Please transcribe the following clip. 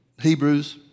Hebrews